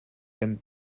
kan